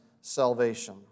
salvation